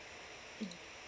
mm